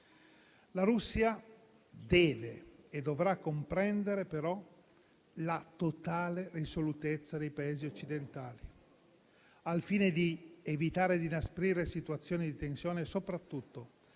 La Russia deve e dovrà comprendere, però, la totale risolutezza dei Paesi occidentali al fine di evitare di inasprire situazioni di tensione e, soprattutto,